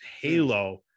halo